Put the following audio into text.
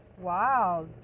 Wow